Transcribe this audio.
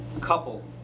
couple